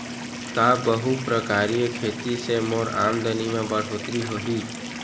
का बहुप्रकारिय खेती से मोर आमदनी म बढ़होत्तरी होही?